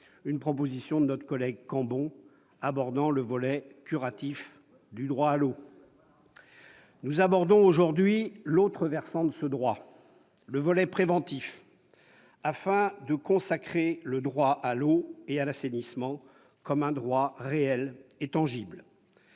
une proposition de notre collègue Christian Cambon abordant le volet curatif du droit à l'eau. Absolument ! Nous abordons aujourd'hui l'autre versant de ce droit, le volet préventif, afin de consacrer le droit à l'eau et à l'assainissement comme un droit réel et tangible.